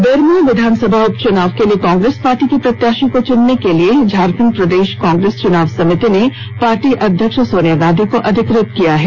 बेरमो विधानसभा उपचुनाव के लिए कांग्रेस पार्टी के प्रत्याशी को चुनने के लिए झारखण्ड प्रदेश कांग्रेस चुनाव समिति ने पार्टी अध्यक्ष सोनिया गांधी को अधिकृत किया है